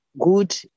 good